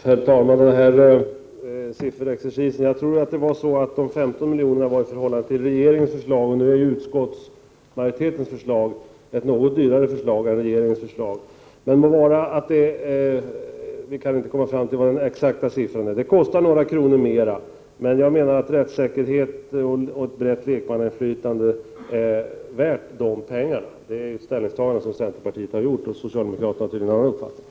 Herr talman! När det gäller denna sifferexercis tror jag att dessa 15 milj.kr. var i förhållande till regeringens förslag. Majoritetens förslag är ju något dyrare än regeringens. Vi kan dock nu inte komma fram till vad den exakta siffran är. Det kostar några kronor mera. Men jag menar att rättssäkerhet och ett brett lekmannainflytande är värt de pengarna. Det är ett ställningstagande som centerpartiet har gjort och som socialdemokraterna tydligen har uppfattat.